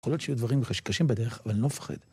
יכול להיות שיהיו דברים קשים בדרך, אבל אני לא מפחד.